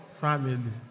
family